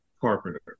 Carpenter